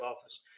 office